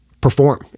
Perform